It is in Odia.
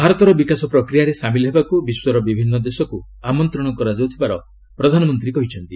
ଭାରତର ବିକାଶ ପ୍ରକ୍ରିୟାରେ ସାମିଲ ହେବାକୁ ବିଶ୍ୱର ବିଭିନ୍ନ ଦେଶକୁ ଆମନ୍ତ୍ରଣ କରାଯାଉଥିବାର ପ୍ରଧାନମନ୍ତ୍ରୀ କହିଛନ୍ତି